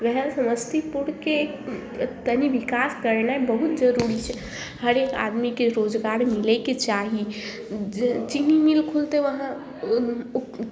वएह समस्तीपुरके तनी विकास करेनाइ बहुत जरूरी छै हरेक आदमीके रोजगार मिलयके चाही चीन्नी मिल खुलते वहाँ